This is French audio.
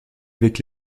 avec